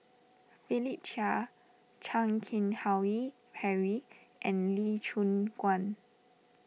Philip Chia Chan Keng Howe Harry and Lee Choon Guan